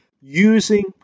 using